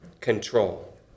control